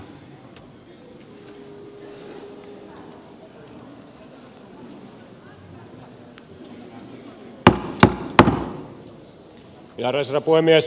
arvoisa herra puhemies